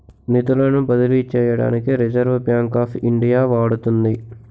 నిధులను బదిలీ చేయడానికి రిజర్వ్ బ్యాంక్ ఆఫ్ ఇండియా వాడుతుంది